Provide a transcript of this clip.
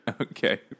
Okay